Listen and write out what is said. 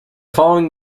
following